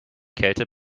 kälte